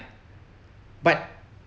but